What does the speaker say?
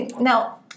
Now